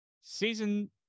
Season